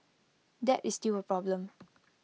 that is still A problem